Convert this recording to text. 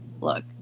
look